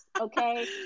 okay